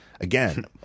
Again